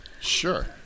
Sure